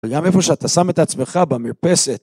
וגם איפה שאתה שם את עצמך במרפסת.